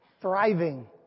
Thriving